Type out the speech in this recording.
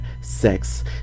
Sex